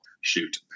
shoot